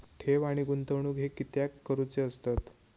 ठेव आणि गुंतवणूक हे कित्याक करुचे असतत?